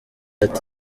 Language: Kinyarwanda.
ati